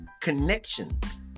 connections